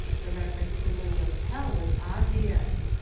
the reference to william tell was obvious.